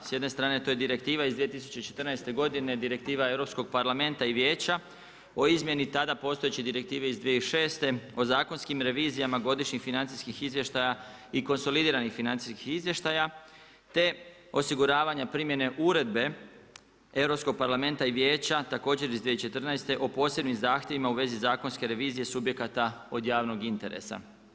S jedne strane to je Direktiva iz 2014., Direktiva Europskog parlamenta i vijeća o izmjeni tada postojeće direktivne iz 20106. o zakonskim revizijama, godišnjih financijskih izvještaja i konsolidiranih financijskih izvještaja te osiguravanja primjene uredbe Europskog parlamenta i Vijeća, također iz 2014. o posebnim zahtjevima o vezi zakonske revizije, subjekata od javnog interesa.